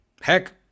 Heck